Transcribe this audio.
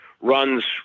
runs